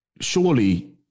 surely